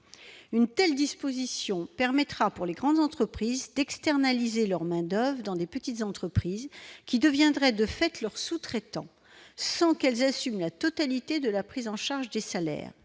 une telle disposition permettra pour les grandes entreprises d'externaliser leur Main-d'oeuvre dans les petites entreprises qui deviendrait de fait leurs sous-traitants, sans qu'elles assument la totalité de la prise en charge des salaires,